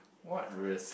what risk